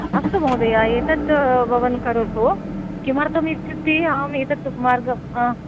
अस्तु महोदय एतत् भवान् करोतु किमर्थमित्युक्ते अहम् एतत् मार्गं हा